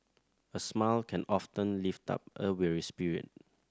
a smile can often lift up a weary spirit